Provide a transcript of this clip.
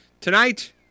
Tonight